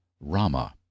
Rama